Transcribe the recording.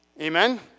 Amen